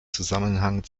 zusammenhang